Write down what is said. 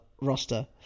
roster